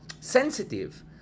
sensitive